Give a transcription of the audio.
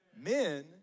men